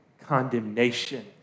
condemnation